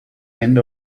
end